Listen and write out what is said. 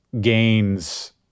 gains